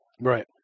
Right